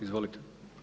Izvolite.